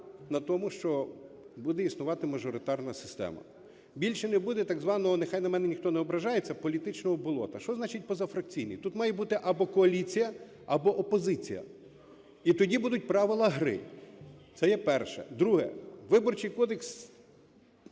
на тому, що буде існувати мажоритарна система. Більше не буде так званого, нехай на мене ніхто не ображається, політичного болота. Що значить "позафракційні"? Тут має бути або коаліція, або опозиція. І тоді будуть правила гри. Це є перше. Друге. Виборчий кодекс